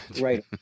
right